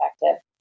effective